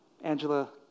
Angela